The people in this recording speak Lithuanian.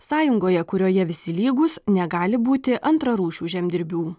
sąjungoje kurioje visi lygūs negali būti antrarūšių žemdirbių